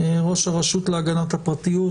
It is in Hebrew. ראש הרשות להגנת הפרטיות,